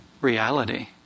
reality